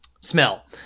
smell